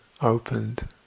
opened